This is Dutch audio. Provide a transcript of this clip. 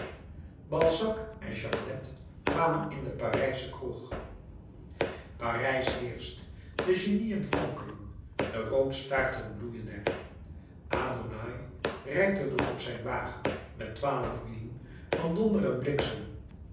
balzac en charlet kwamen in de parijsche kroeg parijs heerscht de genieën fonkelen de roodstaarten bloeien er adonaï rijdt er door op zijn wagen met twaalf wielen van donder en